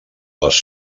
les